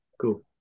Cool